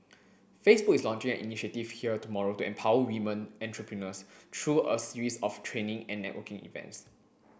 Facebook is launching an initiative here tomorrow to empower women entrepreneurs through a series of training and networking events